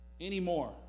anymore